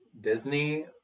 Disney